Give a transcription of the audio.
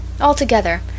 altogether